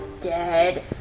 dead